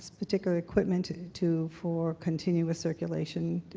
particular equipment to for continuous circulation,